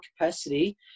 capacity